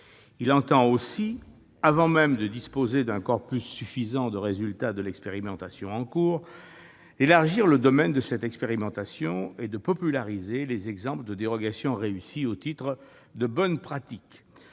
Elle entend aussi, avant même de disposer d'un corpus suffisant de résultats de l'expérimentation en cours, élargir le domaine de cette expérimentation et populariser les exemples de dérogations réussies au titre de bonnes pratiques,